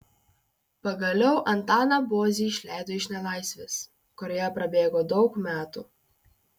pagaliau antaną bozį išleido iš nelaisvės kurioje prabėgo daug metų